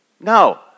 No